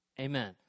Amen